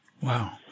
wow